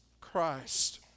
Christ